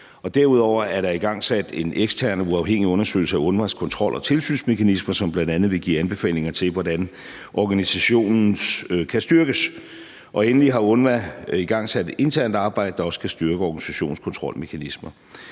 derudover er der igangsat en ekstern og uafhængig undersøgelse af UNRWA's kontrol- og tilsynsmekanismer, som bl.a. vil give anbefalinger til, hvordan organisationen kan styrkes, og endelig har UNRWA igangsat et internt arbejde, der også skal styrke organisationens kontrolmekanismer.